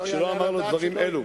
כשלא אמר לו דברים אלה.